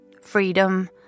Freedom